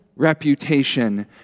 reputation